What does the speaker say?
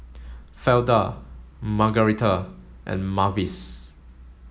Fleda Margarita and Mavis